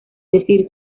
decir